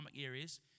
areas